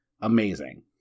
amazing